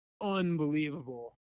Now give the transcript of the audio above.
unbelievable